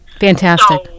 fantastic